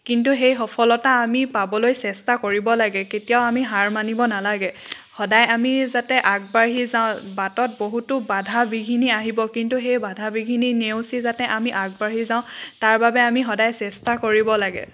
কিন্তু সেই সফলতা আমি পাবলৈ চেষ্টা কৰিব লাগে কেতিয়াও আমি হাৰ মানিব নালাগে সদাই আমি যাতে আগবাঢ়ি যাওঁ বাটত বহুতো বাধা বিঘিনি আহিব কিন্তু সেই বাধা বিঘিনি নেউচি যাতে আমি আগবাঢ়ি যাওঁ তাৰ বাবে আমি সদাই চেষ্টা কৰিব লাগে